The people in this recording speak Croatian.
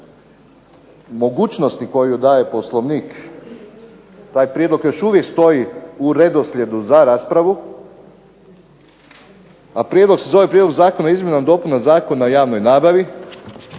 mogućnosti koju daje Poslovnik, taj prijedlog još uvijek stoji u redoslijedu za raspravu. A prijedlog se zove Prijedlog zakona o izmjenama i dopunama Zakona o javnoj nabavi,